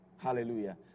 Hallelujah